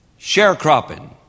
sharecropping